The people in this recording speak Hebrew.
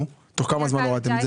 תוך כמה זמן הורדתם את זה?